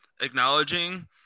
acknowledging